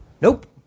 Nope